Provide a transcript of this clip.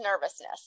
nervousness